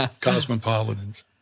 Cosmopolitan's